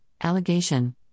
Allegation